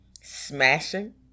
Smashing